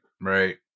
right